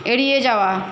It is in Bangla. এড়িয়ে যাওয়া